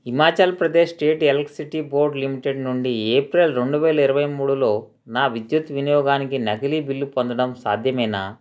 Himachal Pradesh state electricity board limited నుండి April రెండు వేల ఇరవై మూడులో నా విద్యుత్ వినియోగానికి నకిలీ బిల్లు పొందడం సాధ్యమేనా